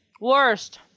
Worst